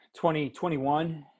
2021